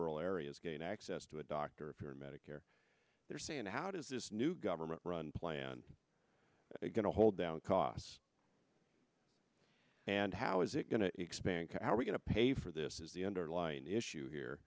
rural areas gain access to a doctor here in medicare they're saying how does this new government run plan going to hold down costs and how is it going to expand our we're going to pay for this is the underlying issue here